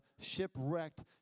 shipwrecked